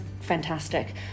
fantastic